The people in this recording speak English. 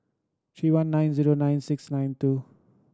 three one nine zero nine six nine two